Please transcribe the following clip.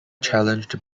challenged